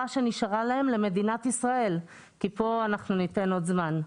שנשארה להם למדינת ישראל כי פה אנחנו ניתן עוד זמן.